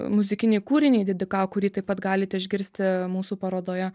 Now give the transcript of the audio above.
muzikinį kūrinį didikavo kurį taip pat galit išgirsti mūsų parodoje